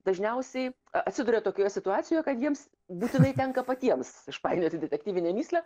dažniausiai atsiduria tokioje situacijoje kad jiems būtinai tenka patiems išpainioti detektyvinę mįslę